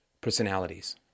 personalities